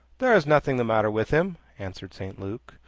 there's nothing the matter with him, answered st. luke,